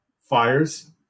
fires